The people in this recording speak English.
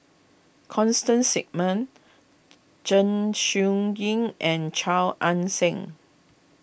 Constance Singam Zeng Shouyin and Chia Ann Siang